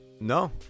No